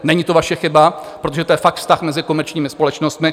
Není to vaše chyba, protože to je fakt vztah mezi komerčními společnostmi.